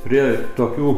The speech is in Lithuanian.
prie tokių